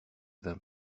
vint